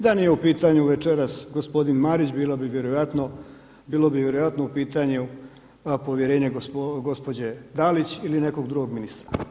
Da nije u pitanju večeras gospodin Marić bilo bi vjerojatno u pitanju povjerenje gospođe Dalić ili nekog drugog ministra.